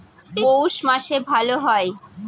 পৌষ মাসে ভালো হয়?